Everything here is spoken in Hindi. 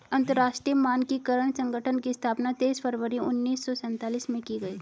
अंतरराष्ट्रीय मानकीकरण संगठन की स्थापना तेईस फरवरी उन्नीस सौ सेंतालीस में की गई